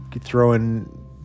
Throwing